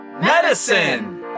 Medicine